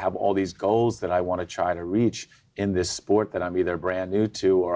have all these goals that i want to try to reach in this sport that i'm either brand new to or